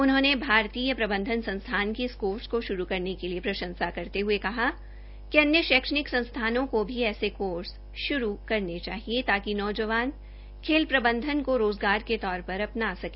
उन्होंने भारतीय संसथान की इस कोर्स को श्रू करने के लिए प्रशंसा करते हये कहा कि अन्य शैक्षणिक संस्थानों को भी ऐसे कोर्स श्रू करने चाहिए ताकि खेल प्रबंधन को रोज़गार के तौर पर अपना सके